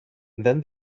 then